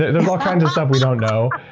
there's all kinds of stuff we don't know.